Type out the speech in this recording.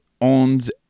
owns